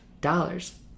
dollars